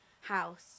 house